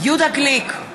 יהודה גליק,